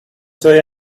say